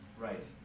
Right